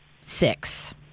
six